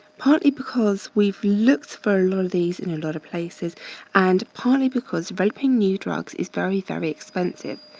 partly because we've looked for all of these in a lot of places and partly because developing new drugs is very, very expensive.